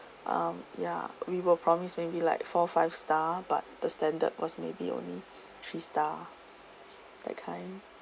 um ya we were promised maybe like four five star but the standard was maybe only three star that kind